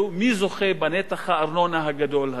מי זוכה בנתח הארנונה הגדול הזה?